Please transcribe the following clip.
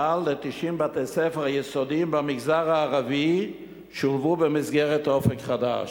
מעל ל-90% מבתי-הספר היסודיים במגזר הערבי שולבו במסגרת "אופק חדש".